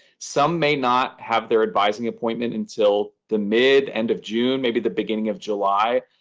some may not have their advising appointment until the mid, end of june, maybe the beginning of july.